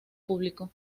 público